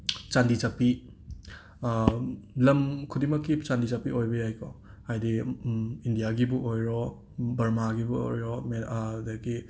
ꯆꯥꯟꯗꯤ ꯆꯠꯄꯤ ꯂꯝ ꯈꯨꯗꯤꯡꯃꯛꯀꯤ ꯆꯥꯟꯗꯤ ꯆꯠꯄꯤ ꯑꯣꯏꯕ ꯌꯥꯏꯀꯣ ꯍꯥꯏꯗꯤ ꯏꯟꯗꯤꯌꯥꯒꯤꯕꯨ ꯑꯣꯏꯔꯣ ꯕꯔꯃꯥꯒꯤꯕꯨ ꯑꯣꯏꯔꯣ ꯑꯗꯒꯤ